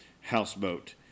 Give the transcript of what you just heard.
houseboat